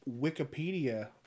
Wikipedia